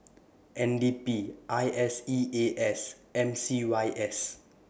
N D P I S E A S M C Y S